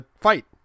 fight